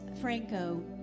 Franco